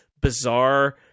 bizarre